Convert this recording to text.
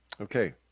Okay